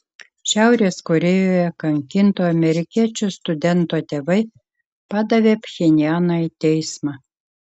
šiaurės korėjoje kankinto amerikiečių studento tėvai padavė pchenjaną į teismą